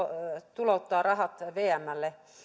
tulouttaa rahat vmlle